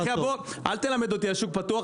------ אל תלמד אותי על שוק פתוח,